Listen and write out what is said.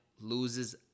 loses